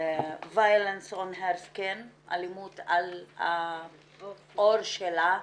Violence on Her Skin, אלימות על העור שלה,